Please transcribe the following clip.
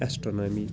astronomy